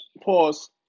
pause